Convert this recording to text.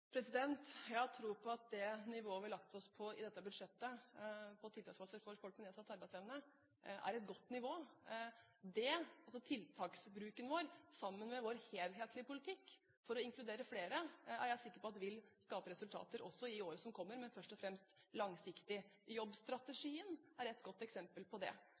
Jeg har tro på at det nivået vi har lagt oss på i dette budsjettet når det gjelder tiltaksplasser for folk med nedsatt arbeidsevne, er et godt nivå. Tiltaksbruken vår, sammen med vår helhetlige politikk for å inkludere flere, er jeg sikker på vil skape resultater også i årene som kommer, men først og fremst langsiktig. Jobbstrategien er et godt eksempel på det.